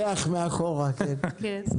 להתחשב בזה.